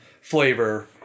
flavor